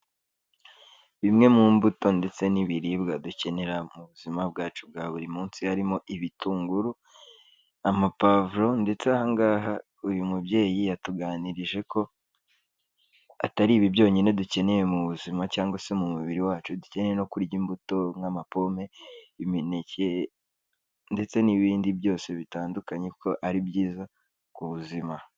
Bimwe mu mbuto ndetse n'ibiribwa dukenera mu buzima bwacu bwa buri munsi, harimo ibitunguru, amapavuro, ndetse ahangaha uyu mubyeyi yatuganirije ko atari ibi byonyine dukeneye mu buzima cyangwa se mu mubiri wacu, dukeneye no kurya imbuto nk'ama pome, imineke, ndetse n'ibindi byose bitandukanye ko ari byiza ku buzima.